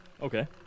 okay